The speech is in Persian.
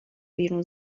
بیرون